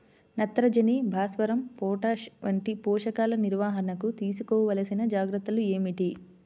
నత్రజని, భాస్వరం, పొటాష్ వంటి పోషకాల నిర్వహణకు తీసుకోవలసిన జాగ్రత్తలు ఏమిటీ?